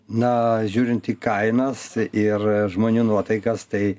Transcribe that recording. na žiūrint į kainas ir žmonių nuotaikas tai